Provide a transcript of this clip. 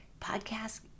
podcast